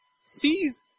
sees